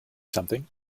something